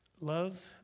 love